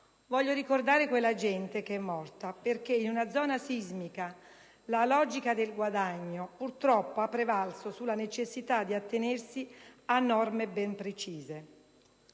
Voglio ricordare quella gente che è morta perché in una zona sismica la logica del guadagno, purtroppo, ha prevalso sulla necessità di attenersi a norme ben precise.